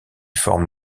forment